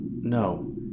no